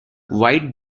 white